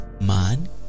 man